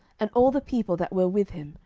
and all the people that were with him,